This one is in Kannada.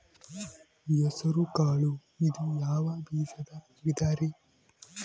ಹೆಸರುಕಾಳು ಇದು ಯಾವ ಬೇಜದ ವಿಧರಿ?